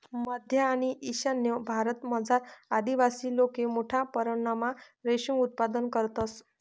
मध्य आणि ईशान्य भारतमझार आदिवासी लोके मोठा परमणमा रेशीम उत्पादन करतंस